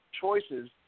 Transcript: choices